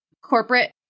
corporate